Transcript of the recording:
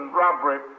robbery